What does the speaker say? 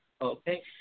okay